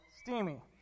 steamy